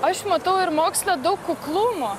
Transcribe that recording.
aš matau ir moksle daug kuklumo